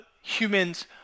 humans